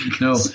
no